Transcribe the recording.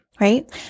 Right